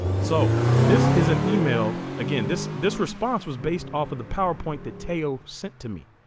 so this is an email again this this response was based off of the powerpoint that te'o sent to me